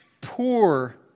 poor